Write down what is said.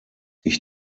ich